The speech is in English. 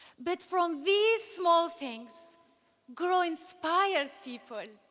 but from these small things grow inspired people,